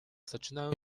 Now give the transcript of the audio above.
zaczynają